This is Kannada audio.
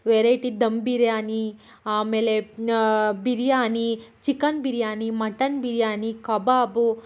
ವೆರೈಟಿ ಧಮ್ ಬಿರಿಯಾನಿ ಆಮೇಲೆ ಬಿರಿಯಾನಿ ಚಿಕನ್ ಬಿರಿಯಾನಿ ಮಟನ್ ಬಿರಿಯಾನಿ ಕಬಾಬು